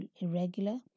irregular